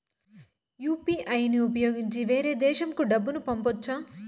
UPI ని ఉపయోగించి వేరే దేశంకు డబ్బును పంపొచ్చా?